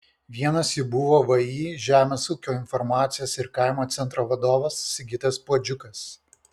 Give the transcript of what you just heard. vienas jų buvo vį žemės ūkio informacijos ir kaimo centro vadovas sigitas puodžiukas